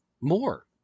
more